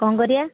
କ'ଣ କରିବା